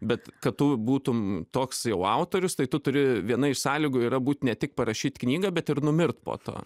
bet kad tu būtum toks jau autorius tai tu turi viena iš sąlygų yra būt ne tik parašyt knygą bet ir numirt po to